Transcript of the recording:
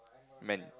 man